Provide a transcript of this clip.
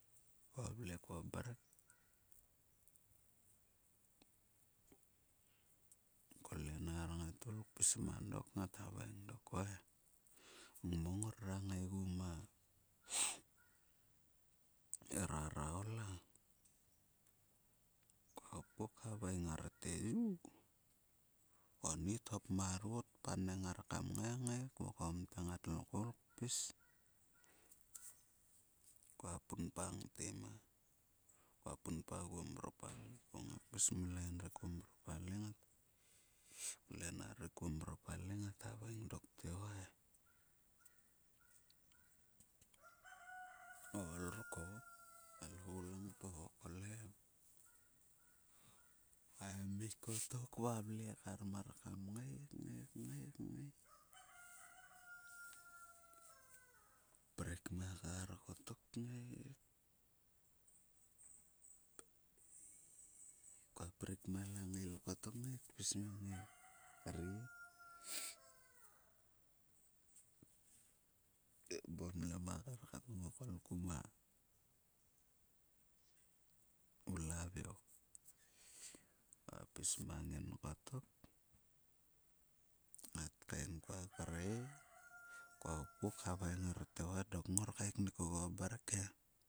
Kua vle kuo mrek kluenar ngat ol pis mang dok ngat haveng dok "oi ngmo ngora ngaigi ma rora ola." Kua hopk khavaing ngar te, "yu". Konnit hop marot kpaning ngar kam kngai, ngai, ngai kvokong te ngatlo koul kpis. Kua punpa ngte, ma kua punpa oguo ma mropalei. Ko ngai kpis mo lain ruk kuo ma mropalei kluenar ruk kuon mropalei ngat havaing dok te, "oi, o ol ruk ho, alhou langto ho ko he em." Kaemuk kotok valve kar mar kam ngai kngai prik ma langail kottok kngai kpis amng e rie e mamlema kar ka tngokol kuma ulaveo. Kua pis mang ngin kottok, ngat kaen kua kre kua hopku khaveing ngar te, "oi dok ngor kaeknuk oguo mrek he."